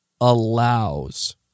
allows